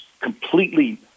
completely